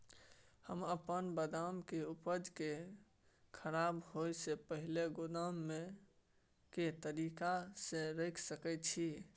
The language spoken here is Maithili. हम अपन बदाम के उपज के खराब होय से पहिल गोदाम में के तरीका से रैख सके छी?